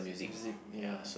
s~ music ya